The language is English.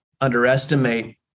underestimate